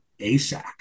ASAC